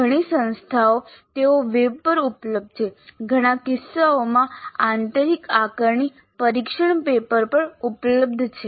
ઘણી સંસ્થાઓમાં તેઓ વેબ પર ઉપલબ્ધ છે ઘણા કિસ્સાઓમાં આંતરિક આકારણી પરીક્ષણ પેપર પણ ઉપલબ્ધ છે